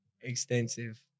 extensive